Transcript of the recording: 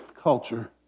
culture